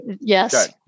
yes